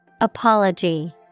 Apology